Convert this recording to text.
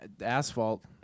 Asphalt